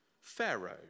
Pharaoh